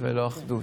וזה נוסח ההצהרה: